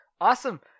awesome